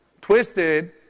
twisted